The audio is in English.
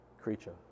creature